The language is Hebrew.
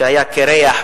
שהיה קירח,